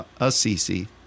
Assisi